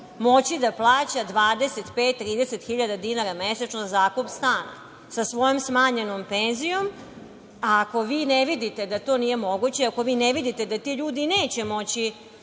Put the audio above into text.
moći da plaća 25, 30 hiljada dinara mesečno zakup stana, sa svojom smanjenom penzijom? Ako vi ne vidite da to nije moguće i ako vi ne vidite da ti ljudi neće moći